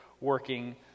working